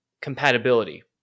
Compatibility